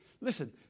listen